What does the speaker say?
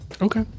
Okay